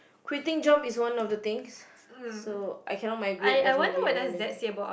quitting job is one of the things so I cannot migrate definitely